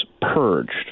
purged